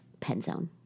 Penzone